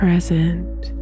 Present